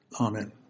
Amen